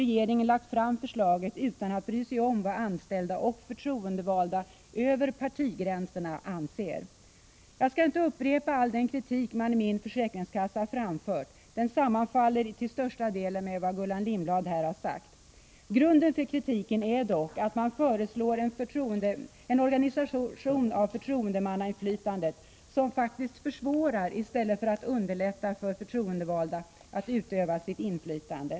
Regeringen har lagt fram förslaget utan att bry sig om vad anställda och förtroendevalda över partigränserna anser. Jag skall inte upprepa all den kritik som har framförts i min försäkringskassa — den sammanfaller till största delen med vad Gullan Lindblad här har sagt. Grunden för kritiken är dock att regeringen föreslår en organisation av förtroendemannainflytandet som faktiskt försvårar i stället för att underlätta för förtroendevalda att utöva sitt inflytande.